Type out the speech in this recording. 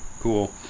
Cool